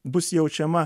bus jaučiama